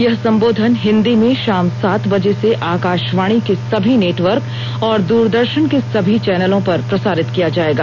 यह संबोधन हिन्दी में शाम सात बजे से आकाशवाणी के सभी नेटवर्क और दूरदर्शन के सभी चैनलों पर प्रसारित किया जायेगा